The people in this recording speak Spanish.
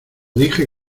dije